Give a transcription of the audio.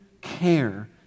care